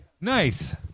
Nice